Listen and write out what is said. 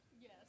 Yes